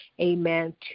amen